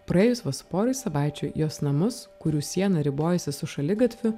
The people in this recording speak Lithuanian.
praėjus vos porai savaičių jos namus kurių siena ribojasi su šaligatviu